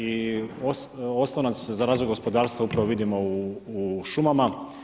I oslonac za razvoj gospodarstva upravo vidimo u šumama.